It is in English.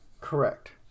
Correct